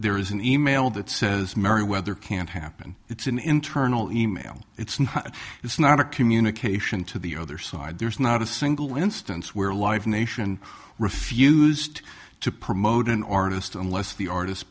there is an e mail that says merryweather can't happen it's an internal e mail it's not it's not a communication to the other side there's not a single instance where live nation refused to promote an artist unless the artist